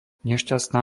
nešťastná